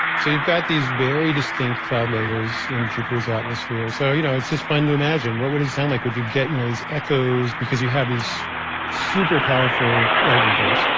so you've got these very distinct cloud layers in jupiter's atmosphere. so y'know, it's just fun to imagine. what would it sound like? would you get you know these echos. because you have these super powerful lightning bolts,